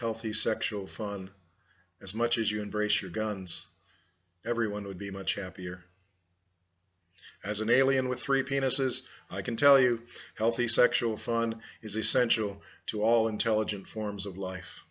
healthy sexual fun as much as you embrace your guns everyone would be much happier as an alien with three penises i can tell you healthy sexual fun is essential to all intelligent forms of life